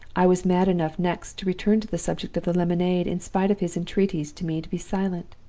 i was mad enough next to return to the subject of the lemonade, in spite of his entreaties to me to be silent.